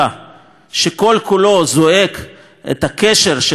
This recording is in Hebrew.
שכל-כולו זועק את הקשר של עם ישראל לירושלים,